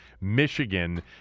Michigan